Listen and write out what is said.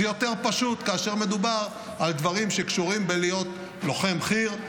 זה יותר פשוט כאשר מדובר בדברים שקשורים בלהיות לוחם חי"ר,